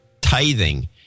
tithing